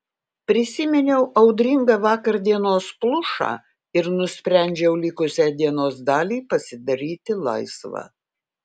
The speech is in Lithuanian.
prisiminiau audringą vakardienos plušą ir nusprendžiau likusią dienos dalį pasidaryti laisvą